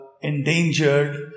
endangered